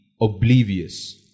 oblivious